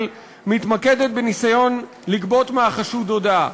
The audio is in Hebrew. מתמקדת בניסיון לגבות מהחשוד הודאה,